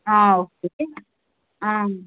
okay